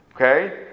okay